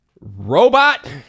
Robot